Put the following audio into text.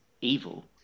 evil